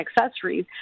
accessories